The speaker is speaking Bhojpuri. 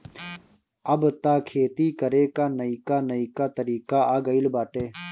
अब तअ खेती करे कअ नईका नईका तरीका आ गइल बाटे